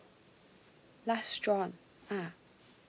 last drawn ah